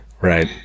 Right